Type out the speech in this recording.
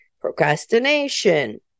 procrastination